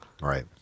Right